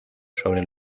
sobre